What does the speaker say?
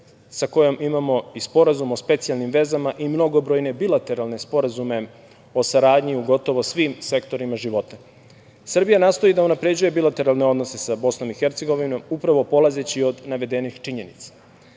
sa kojom imamo i Sporazum o specijalnim vezama i mnogobrojne bilateralne sporazume o saradnji u gotovo svim sektorima života. Srbija nastoji da unapređuje bilateralne odnose sa Bosnom i Hercegovinom upravo polazeći od navedenih činjenica.